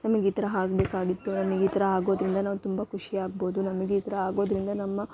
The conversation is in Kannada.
ನಮಗೆ ಈ ಥರ ಆಗ್ಬೇಕಾಗಿತ್ತು ನಮಗೆ ಈ ಥರ ಆಗೋದರಿಂದ ನಾವು ತುಂಬ ಖುಷಿ ಆಗ್ಬೋದು ನಮ್ಗೆ ಈ ಥರ ಆಗೋದರಿಂದ ನಮ್ಮ